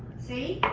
see,